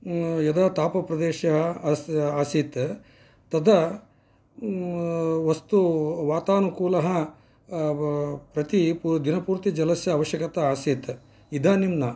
यदा तापप्रदेशः आसीत् तदा वस्तु वातानुकूलः प्रति दिनप्रति जलस्य आवश्यकता आसीत् इदानीं न